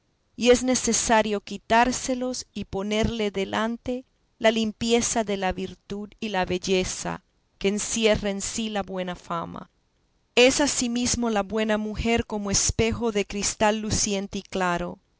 y es necesario quitárselos y ponerle delante la limpieza de la virtud y la belleza que encierra en sí la buena fama es asimesmo la buena mujer como espejo de cristal luciente y claro